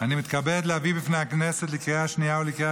אני מתכבד להביא בפני הכנסת לקריאה השנייה ולקריאה